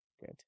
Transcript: Good